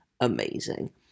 amazing